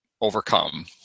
overcome